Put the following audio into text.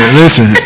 listen